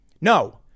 No